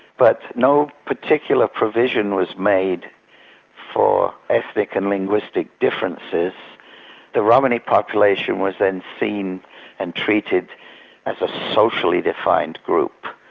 but no particular provision was made for ethnic and linguistic differences the romany population was then seen and treated as a socially defined group,